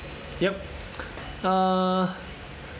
yup uh